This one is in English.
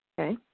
Okay